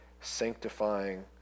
sanctifying